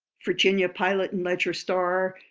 virginia pilot and ledger-star,